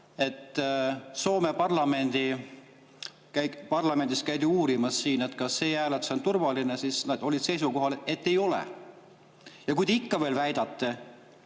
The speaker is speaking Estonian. et Soome parlamendist käidi uurimas siin, kas e-hääletus on turvaline, ja nad olid seisukohal, et ei ole. Ja kui te ikka veel väidate,